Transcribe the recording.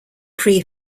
pre